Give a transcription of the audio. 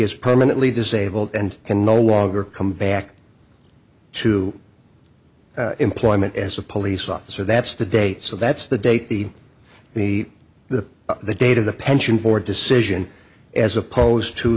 is permanently disabled and can no longer come back to employment as a police officer that's the date so that's the date the the the the date of the pension board decision as opposed to